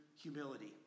humility